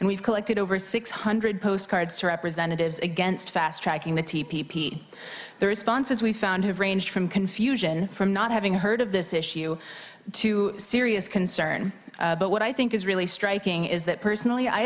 and we've collected over six hundred postcards to representatives against fast tracking the tea p p the responses we've found have ranged from confusion from not having heard of this issue to serious concern but what i think is really striking is that personally i